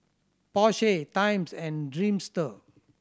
Porsche Times and Dreamster